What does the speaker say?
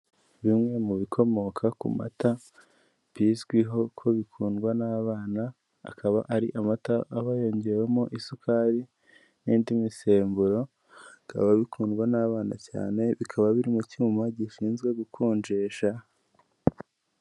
Bimwe mu bikomoka ku mata bizwiho ko bikundwa n'abana akaba ari amata aba yongewemo isukari n'indi misemburo, bikaba bikundwa n'abana cyane bikaba biri mu cyuma gishinzwe gukonjesha.